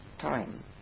time